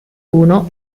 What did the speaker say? uno